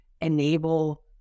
enable